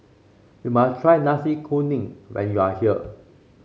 you must try Nasi Kuning when you are here